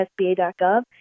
SBA.gov